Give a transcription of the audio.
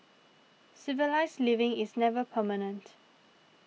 civilised living is never permanent